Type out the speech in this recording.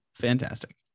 fantastic